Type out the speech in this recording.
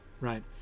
right